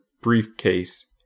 briefcase